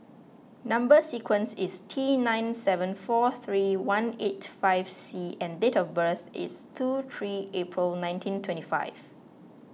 Number Sequence is T nine seven four three one eight five C and date of birth is two three April nineteen twenty five